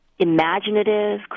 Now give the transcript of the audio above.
Imaginative